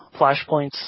flashpoints